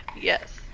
Yes